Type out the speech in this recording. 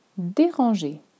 Déranger